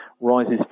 rises